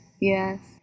Yes